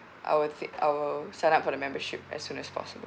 I will th~ I will sign up for the membership as soon as possible